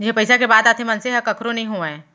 जिहाँ पइसा के बात आथे मनसे ह कखरो नइ होवय